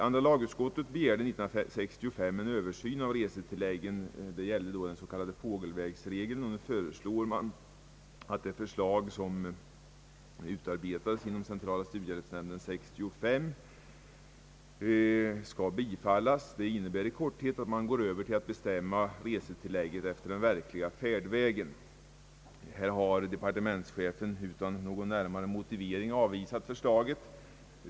Andra lagutskottet begärde år 1965 en översyn av resetilläggen — det gällde då den s.k. fågelvägsregeln — och nu föreslår utskottet att det förslag som utarbetades inom centrala studiehjälpsnämnden år 1965 skall bifallas. Det innebär i korthet att man övergår till att bestämma resetillägget efter den verkliga färdvägen. På den punkten har departementschefen utan någon närmare motivering avvisat förslaget.